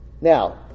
Now